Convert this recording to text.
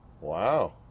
Wow